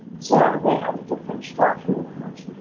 so they have a different structure than most